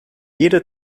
jede